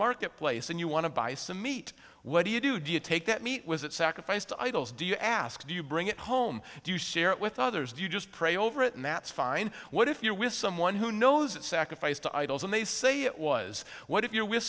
market place and you want to buy some meat what do you do do you take that meat was it sacrificed to idols do you ask do you bring it home do you share it with others do you just pray over it and that's fine what if you're with someone who knows it sacrificed to idols and they say it was what if you're with